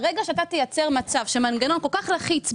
אתה תייצר מצב של מנגנון כל כך לחיץ,